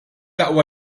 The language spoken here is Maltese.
aqwa